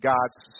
God's